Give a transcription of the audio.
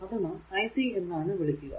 അത് നാം ic എന്നാണ് വിളിക്കുക